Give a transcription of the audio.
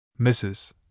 Mrs